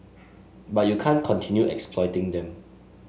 but you can't continue exploiting them